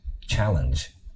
challenge